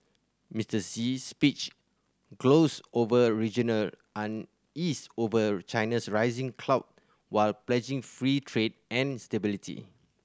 Mister Xi's speech glossed over regional unease over China's rising clout while pledging free trade and stability